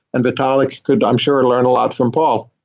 and vitalik could i'm sure learn a lot from paul.